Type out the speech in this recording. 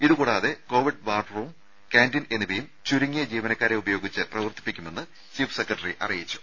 ഇതുകൂടാതെ Covid war room canteen എന്നിവയും ചുരുങ്ങിയ ജീവനക്കാരെ ഉപയോഗിച്ച് പ്രവർത്തിപ്പിക്കുമെന്ന് ചീഫ് സെക്രട്ടറി അറിയിച്ചു